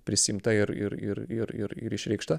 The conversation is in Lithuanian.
prisiimta ir ir ir ir ir išreikšta